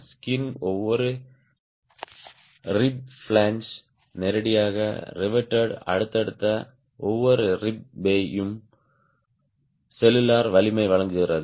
skin ஒவ்வொரு rib flange நேரடியாகச் riveted அடுத்தடுத்த ஒவ்வொரு ரிப் பெய் யும் செல்லுலார் வலிமையை வழங்குகிறது